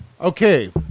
Okay